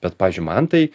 bet pavyzdžiui man tai